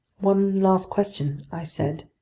one last question, i said,